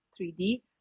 3D